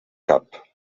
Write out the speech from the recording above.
cap